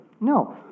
No